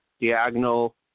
Diagonal